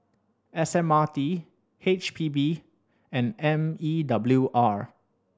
S M R T H P B and M E W R